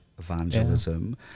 evangelism